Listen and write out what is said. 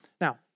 Now